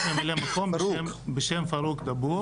יש ממלא מקום בשם פארוק דבור.